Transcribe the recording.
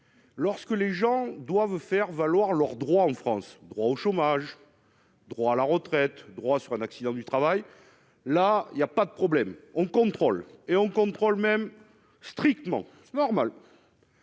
Lorsque les gens doivent faire valoir leurs droits en France droit au chômage, droits à la retraite, droits sur un accident du travail, là il y a pas de problème, on contrôle et on contrôle même strictement normal.